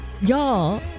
Y'all